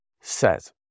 says